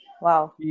wow